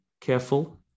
careful